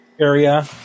area